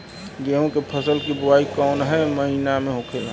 गेहूँ के फसल की बुवाई कौन हैं महीना में होखेला?